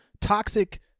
toxic